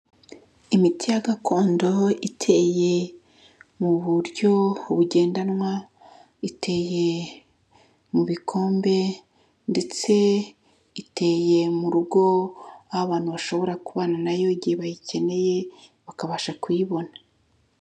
Imiti ya gakondo iteye mu buryo bugendanwa, iteye mu bikombe ndetse iteye mu rugo aho abantu bashobora kubana na yo igihe bayikeneye bakabasha kuyibona.